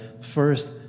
first